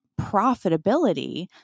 profitability